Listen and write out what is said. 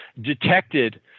detected